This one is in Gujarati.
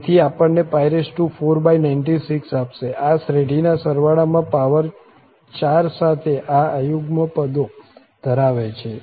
તેથી તે આપણને 496આપશે આ શ્રેઢીના સરવાળામાં પાવર 4 સાથે આ અયુગ્મ પદો ધરાવે છે